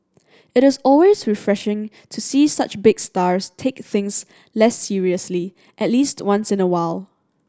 it is always refreshing to see such big stars take things less seriously at least once in a while